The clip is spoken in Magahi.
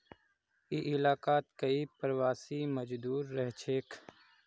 ई इलाकात कई प्रवासी मजदूर रहछेक